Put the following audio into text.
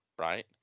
Right